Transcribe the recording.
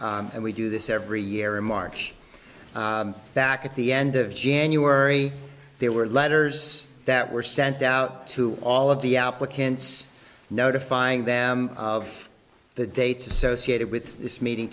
and we do this every year in march back at the end of january there were letters that were sent out to all of the applicants notifying them of the dates associated with this meeting